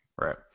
Right